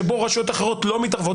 שבו רשויות אחרות לא מתערבות.